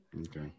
Okay